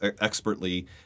expertly